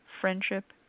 friendship